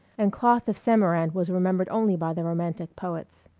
and cloth of samarand was remembered only by the romantic poets.